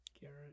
Garrett